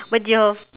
but your